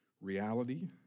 reality